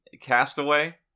Castaway